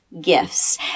gifts